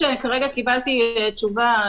זה כמו שהיו לנו עכשיו 300 אזרחים תקועים במקום חשוך.